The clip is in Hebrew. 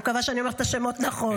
מקווה שאני אומרת את השם נכון.